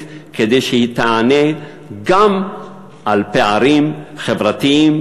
כדי שהיא תענה גם על פערים חברתיים,